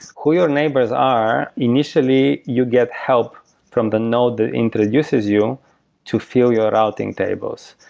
who your neighbors are, initially you get help from the node that introduces you to fill your routing tables.